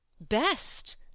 best